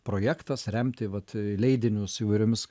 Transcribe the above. projektas remti vat leidinius įvairiomis